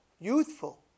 youthful